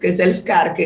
self-care